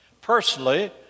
Personally